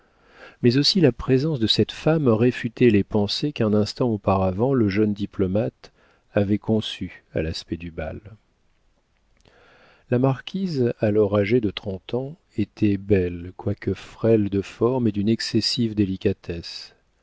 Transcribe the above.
mais aussi la présence de cette femme réfutait les pensées qu'un instant auparavant le jeune diplomate avait conçues à l'aspect du bal la marquise alors âgée de trente ans était belle quoique frêle de formes et d'une excessive délicatesse